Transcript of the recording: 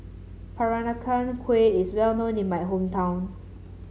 Peranakan Kueh is well known in my hometown